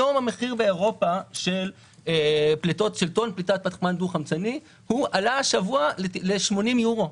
היום המחיר של פליטת פחמן דו-חמצני באירופה עלה השבוע ל-80 יורו,